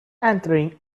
entering